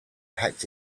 packed